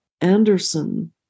Anderson